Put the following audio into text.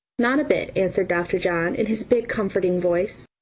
not a bit, answered dr. john in his big comforting voice.